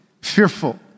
fearful